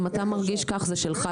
אם אתה מרגיש כך זה שלך,